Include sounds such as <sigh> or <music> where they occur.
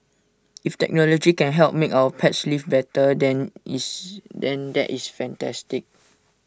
if technology can help make our <noise> pets lives better than is than that is fantastic